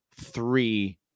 three